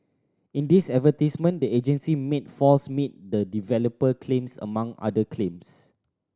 in these advertisements the agency made false meet the developer claims among other claims